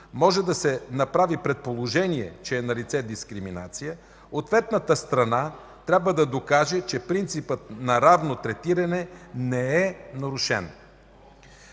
може да се направи предположение, че е налице дискриминация, ответната страна трябва да докаже, че принципът на равно третиране не е нарушен.”